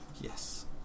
Yes